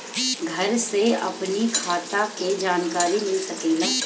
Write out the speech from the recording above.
घर से अपनी खाता के जानकारी मिल सकेला?